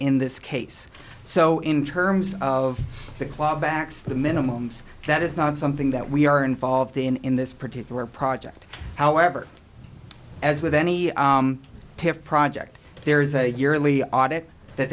in this case so in terms of the claw backs the minimum for that is not something that we are involved in in this particular project however as with any project there is a yearly audit that